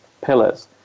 pillars